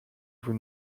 vous